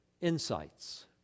insights